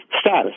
status